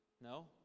No